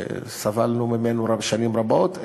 שסבלנו ממנו שנים רבות,